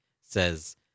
says